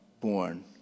born